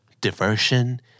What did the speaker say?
diversion